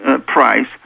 price